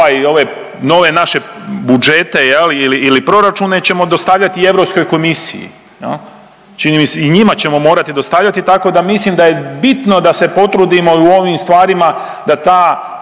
ove nove naše budžete, je li, ili proračune ćemo dostavljati i Europskoj komisiji, je li? Čini mi se, i njima ćemo morati dostavljati, tako da mislim da je bitno da se potrudimo i u ovim stvarima da ta,